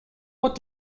what